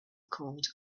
called